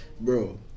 Bro